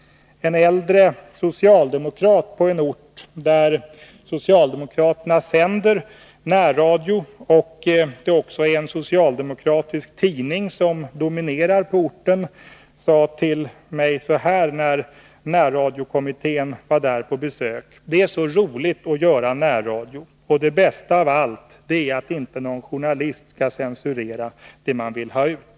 En äldre socialdemokrat på en ort där socialdemokraterna sänder närradio och där den dominerande tidningen på orten också är socialdemokratisk sade till mig när närradiokommittén var där på besök: Det är så roligt att göra närradio, och det bästa av allt är att inte någon journalist skall censurera det man vill ha ut.